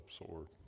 absorbed